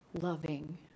loving